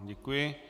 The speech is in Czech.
Děkuji.